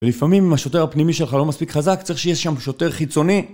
ולפעמים אם השוטר הפנימי שלך לא מספיק חזק צריך שיש שם שוטר חיצוני